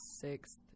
sixth